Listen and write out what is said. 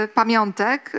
pamiątek